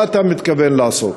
מה אתה מתכוון לעשות?